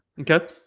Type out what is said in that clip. Okay